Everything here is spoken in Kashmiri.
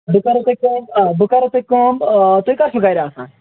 بہٕ کَرہو تُہۍ کٲم بہٕ کَرہو تُہۍ کٲم آ تُہۍ کَر چھُو گَرِ آسان